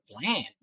bland